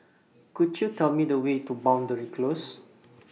Could YOU Tell Me The Way to Boundary Close